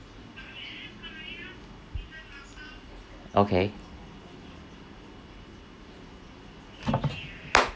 okay